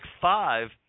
five